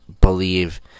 believe